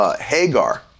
Hagar